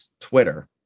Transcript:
Twitter